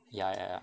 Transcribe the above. ya ya ya